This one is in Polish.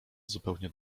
zupełnie